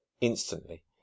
Instantly